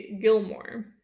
Gilmore